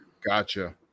Gotcha